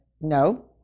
No